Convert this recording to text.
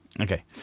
Okay